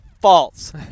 False